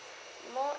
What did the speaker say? more